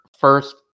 first